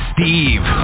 Steve